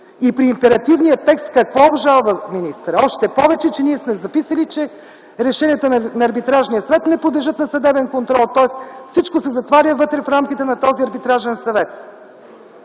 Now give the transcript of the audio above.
При императивния текст какво обжалва министърът? Още повече, че ние сме записали, че решенията на Арбитражния съвет не подлежат на съдебен контрол, тоест всичко се затваря вътре в рамките на този Арбитражен съвет.